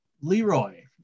Leroy